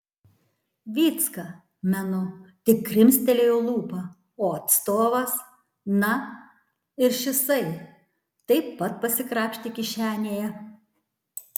vycka menu tik krimstelėjo lūpą o atstovas na ir šisai taip pat pasikrapštė kišenėje